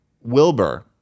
Wilbur